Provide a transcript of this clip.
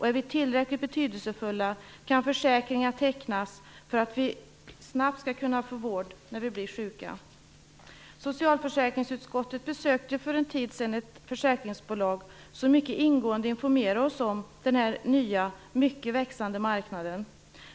Är vi tillräckligt betydelsefulla kan försäkringar tecknas för att vi snabbt skall kunna få vård när vi blir sjuka. Socialförsäkringsutskottet besökte för en tid sedan ett försäkringsbolag som mycket ingående informerade oss om den nya växande marknaden.